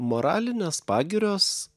moralinės pagirios